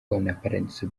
paradizo